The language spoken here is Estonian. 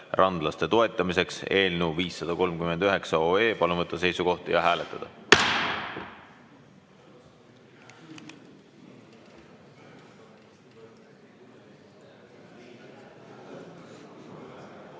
randlaste toetamiseks" eelnõu 539. Palun võtta seisukoht ja hääletada!